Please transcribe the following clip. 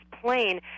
plane